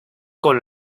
con